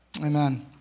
Amen